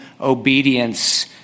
obedience